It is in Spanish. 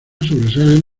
sobresalen